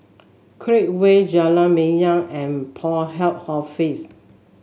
Create Way Jalan Minyak and Port Health Office